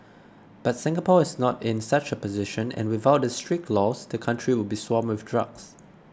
but Singapore is not in such a position and without its strict laws the country would be swamped with drugs